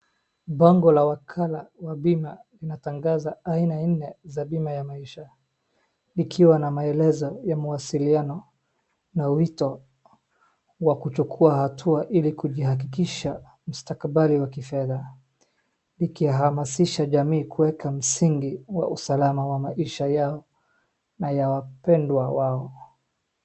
Bango la wakala wa bima linatangaza aina nne za bima ya maisha likiwa na maelezo ya mawasiliano na wito wa kuchukua hatua ili kuvihakikisha mstakabali wa kifedha likihamasisha jamii kuweka msingi wa usalama wa maisha yao na ya wapendwa wao.